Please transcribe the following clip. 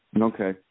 Okay